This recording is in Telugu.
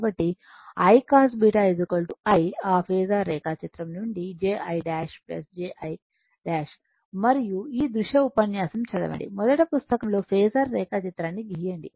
కాబట్టి I cos β i ఆ ఫేసర్ రేఖాచిత్రం నుండి j i ' j i ' మరియు ఈ దృశ్య ఉపన్యాసం చదవండి మొదట పుస్తకంలో ఫేసర్ రేఖాచిత్రాన్ని గీయండి